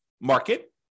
market